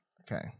Okay